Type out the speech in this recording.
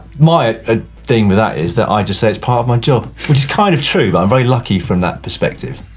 my ah thing with that is that i just say it's part of my job. it's kind of true, i'm very lucky from that perspective.